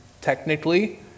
technically